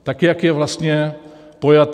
Tak jak je vlastně pojatý.